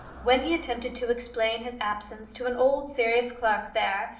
when he attempted to explain his absence to an old serious clerk there,